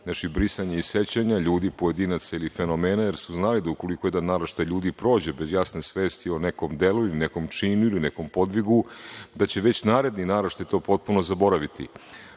Znači, brisanje iz sećanja ljudi, pojedinaca ili fenomena, jer su znali da ukoliko jedan naraštaj ljudi prođe bez jasne svesti o nekom delu, nekom činu ili nekom podvigu, da će već naredni naraštaj to potpuno zaboraviti.